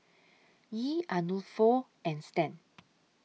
Yee Arnulfo and Stan